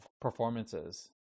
performances